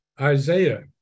Isaiah